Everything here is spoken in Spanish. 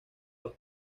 los